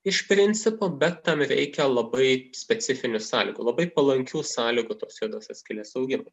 iš principo bet tam reikia labai specifinių sąlygų labai palankių sąlygų tos juodosios skylės augimui